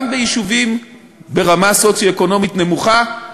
גם ביישובים ברמה סוציו-אקונומית נמוכה,